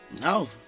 No